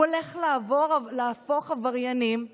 הוא הולך להפוך עבריינים לשרים.